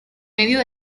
medio